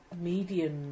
Medium